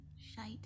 Shite